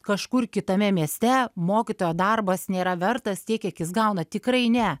kažkur kitame mieste mokytojo darbas nėra vertas tiek kiek jis gauna tikrai ne